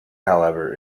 however